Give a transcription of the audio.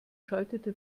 schaltete